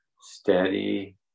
steady